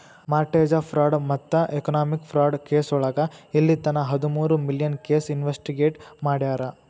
mortgage fraud ಮತ್ತ economic fraud ಕೆಸೋಳಗ ಇಲ್ಲಿತನ ಹದಮೂರು ಮಿಲಿಯನ್ ಕೇಸ್ ಇನ್ವೆಸ್ಟಿಗೇಟ್ ಮಾಡ್ಯಾರ